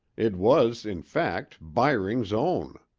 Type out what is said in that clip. it was, in fact, byring's own.